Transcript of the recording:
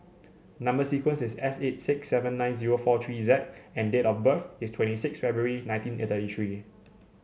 number sequence is S eight six seven nine zero four three Z and date of birth is twenty six February nineteen a thirty three